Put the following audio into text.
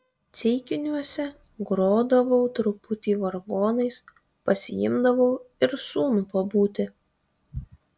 ceikiniuose grodavau truputį vargonais pasiimdavau ir sūnų pabūti